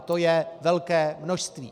To je velké množství.